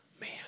Man